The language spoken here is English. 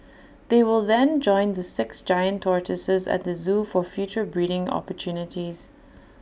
they will then join the six giant tortoises at the Zoo for future breeding opportunities